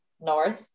North